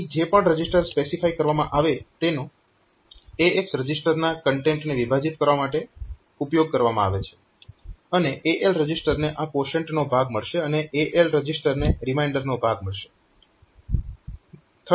અહીં જે પણ રજીસ્ટર સ્પેસિફાય કરવામાં આવે તેનો AX રજીસ્ટરના કન્ટેન્ટને વિભાજીત કરવા માટે ઉપયોગ કરવામાં આવે છે અને AL રજીસ્ટરને આ ક્વોશન્ટનો ભાગ મળશે અને AH રજીસ્ટરને રીમાઈન્ડરનો ભાગ મળશે